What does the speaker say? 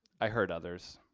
i heard others.